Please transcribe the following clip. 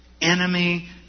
enemy